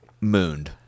mooned